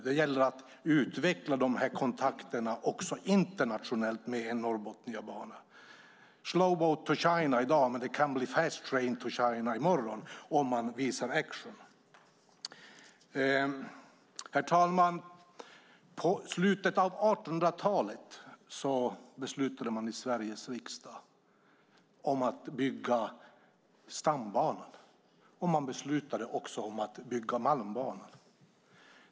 Det gäller att utveckla de här kontakterna internationellt med Norrbotniabanan. Det är slow boat to China i dag, men det kan bli fast train to China i morgon om man visar action. Herr talman! På slutet av 1800-talet beslutade man i Sveriges riksdag att bygga stambanan. Man beslutade också att bygga Malmbanan.